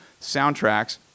soundtracks